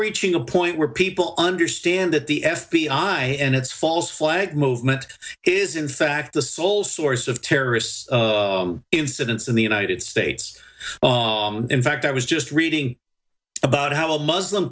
reaching a point where people understand that the f b i and its false flag movement is in fact the sole source of terrorists incidents in the united states in fact i was just reading about how a muslim